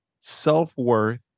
self-worth